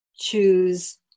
choose